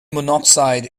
monoxide